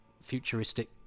futuristic